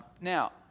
Now